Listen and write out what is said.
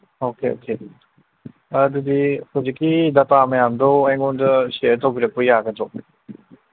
okay okay ꯑꯗꯨꯗꯤ ꯍꯧꯖꯤꯛꯀꯤ data ꯃꯌꯥꯝꯗꯣ ꯑꯩꯉꯣꯟꯗ ꯁꯤꯌꯔ ꯇꯧꯕꯤꯔꯛꯄ ꯌꯥꯒꯗ꯭ꯔꯣ